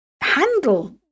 handle